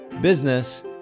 business